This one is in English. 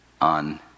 on